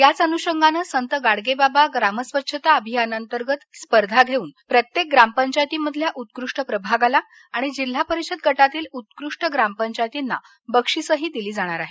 याच अनुषंगानं संत गाडगेबाबा ग्रामस्वच्छता अभियानाअंतर्गत स्पर्धा घेऊन प्रत्येक ग्रामपचायतीमधल्या उत्कृष्ट प्रभागाला जिल्हा परिषद गटातील उत्कृष्ट ग्रामपंचायतींना बक्षीसं दिली जाणार आहेत